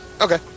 Okay